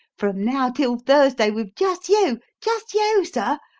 from now till thursday with jist you jist you, sir?